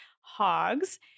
hogs